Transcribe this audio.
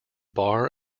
bar